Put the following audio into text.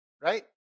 right